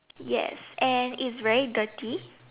yes and it's very dirty